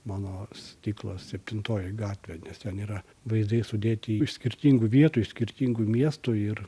mano stiklo septintoji gatvė nes ten yra vaizdai sudėti iš skirtingų vietų iš skirtingų miestų ir